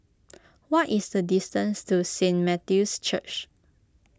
what is the distance to Saint Matthew's Church